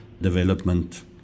development